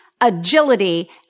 agility